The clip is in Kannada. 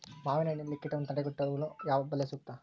ಮಾವಿನಹಣ್ಣಿನಲ್ಲಿ ಕೇಟವನ್ನು ತಡೆಗಟ್ಟಲು ಯಾವ ಬಲೆ ಸೂಕ್ತ?